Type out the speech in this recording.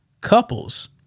couples